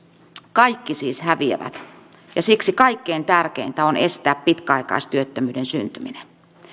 kaikki siis häviävät ja siksi kaikkein tärkeintä on estää pitkäaikaistyöttömyyden syntyminen